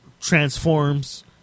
transforms